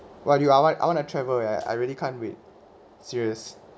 what do I want I want to travel eh I really can't wait serious